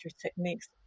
techniques